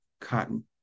cotton